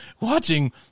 watching